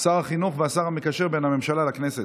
שר החינוך והשר המקשר בין הממשלה לכנסת.